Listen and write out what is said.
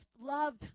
loved